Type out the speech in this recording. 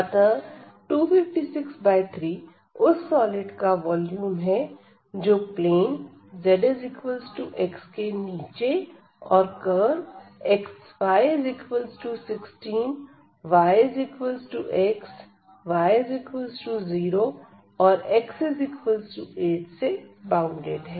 अतः 2563 उस सॉलिड का वॉल्यूम है जो प्लेन zx के नीचे है और कर्व xy16 yx y0 और x 8 से बॉउंडेड है